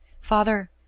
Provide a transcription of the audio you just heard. father